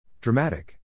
Dramatic